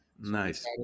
nice